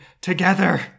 together